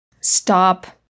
Stop